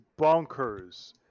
bonkers